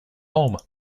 home